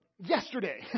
yesterday